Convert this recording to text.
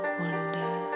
wonder